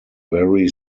very